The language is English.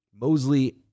Mosley